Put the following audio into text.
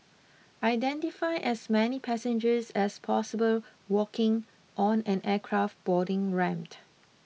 identify as many passengers as possible walking on an aircraft boarding ramp